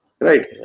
right